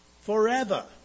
forever